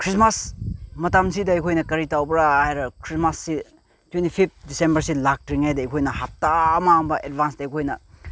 Christmas ꯃꯇꯝꯁꯤꯗ ꯑꯩꯈꯣꯏꯅ ꯀꯔꯤ ꯇꯧꯕ꯭ꯔꯥ ꯍꯥꯏꯔ ꯈ꯭ꯔꯤꯁꯃꯥꯁꯁꯤ ꯇ꯭ꯋꯦꯟꯇꯤ ꯐꯤꯞ ꯗꯤꯁꯦꯝꯕꯔꯁꯤ ꯂꯥꯛꯇ꯭ꯔꯤꯉꯩꯗ ꯑꯩꯈꯣꯏꯅ ꯍꯞꯇꯥ ꯑꯃ ꯑꯃ ꯑꯦꯠꯚꯥꯟꯁꯇ ꯑꯩꯈꯣꯏꯅ